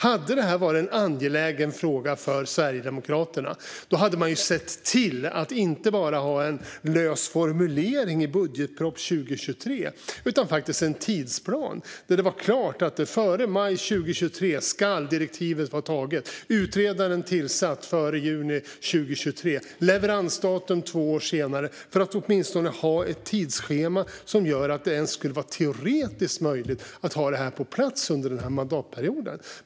Hade det varit en angelägen fråga för Sverigedemokraterna hade man ju sett till att inte bara ha en lös formulering i budgetpropositionen för 2023 utan en faktisk tidsplan där det står klart att direktivet ska vara framtaget före maj 2023 och utredaren tillsatt före juni 2023 med leveransdatum två år senare för att åtminstone ha ett tidsschema som gör det ens teoretiskt möjligt att få detta på plats under den här mandatperioden.